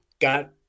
got